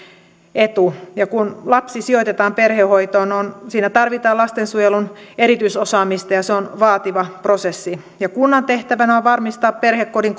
etu kun lapsi sijoitetaan perhehoitoon siinä tarvitaan lastensuojelun erityisosaamista ja se on vaativa prosessi kunnan tehtävänä on varmistaa perhekodin